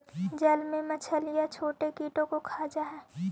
जल में मछलियां छोटे कीटों को खा जा हई